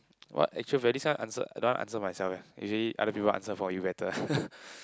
what actual value this one answer I don't want answer myself leh actually other people answer for you better